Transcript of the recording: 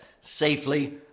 safely